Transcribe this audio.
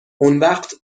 اونوقت